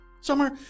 Summer